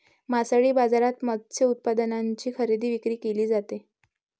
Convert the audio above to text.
मासळी बाजारात मत्स्य उत्पादनांची खरेदी विक्री केली जाते